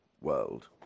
world